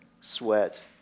sweat